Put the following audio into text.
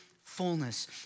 fullness